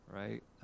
right